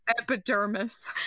epidermis